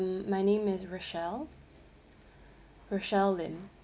um my name is rochelle rochelle lim